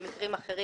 במקרים אחרים